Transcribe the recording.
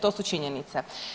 To su činjenice.